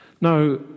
Now